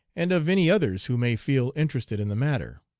and of any others who may feel interested in the matter.